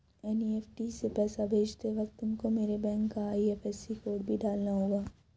NEFT से पैसा भेजते वक्त तुमको मेरे बैंक का आई.एफ.एस.सी कोड भी डालना होगा